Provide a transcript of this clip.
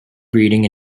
breeding